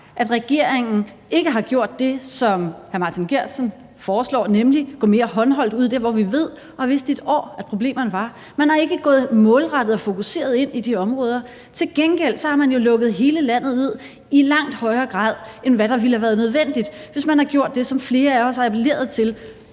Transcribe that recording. at regeringen ikke har gjort det, som hr. Martin Geertsen foreslår, nemlig at gøre det mere håndholdt og tage derud, hvor vi ved og har vidst i et år at problemerne var. Man er ikke gået målrettet og fokuseret ind i de områder, men til gengæld har man lukket hele landet ned i langt højere grad, end hvad der ville have været nødvendigt, hvis man havde gjort det, som flere af os efterhånden har appelleret til